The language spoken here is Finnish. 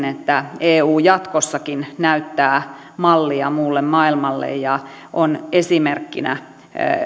että eu jatkossakin näyttää mallia muulle maailmalle ja on esimerkkinä